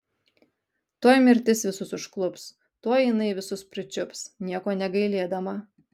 tuoj mirtis visus užklups tuoj jinai visus pričiups nieko negailėdama